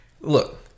Look